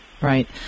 Right